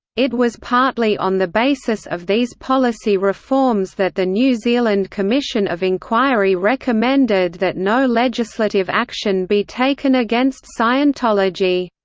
it was partly on the basis of these policy reforms that the new zealand commission of inquiry recommended that no legislative action be taken against scientology.